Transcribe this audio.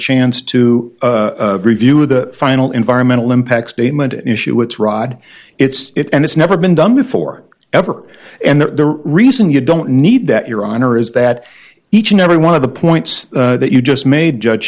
chance to review the final environmental impact statement an issue it's rod it's it and it's never been done before ever and the reason you don't need that your honor is that each and every one of the points that you just made judge